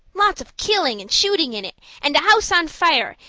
lots of killing and shooting in it, and a house on fire,